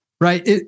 right